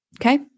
Okay